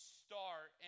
start